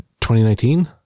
2019